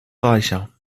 reicher